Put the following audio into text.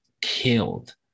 killed